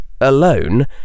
alone